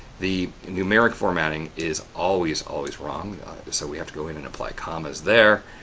the numeric formatting is always, always wrong so we have to go in and apply commas there.